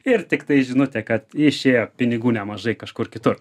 ir tiktai žinutė kad išėjo pinigų nemažai kažkur kitur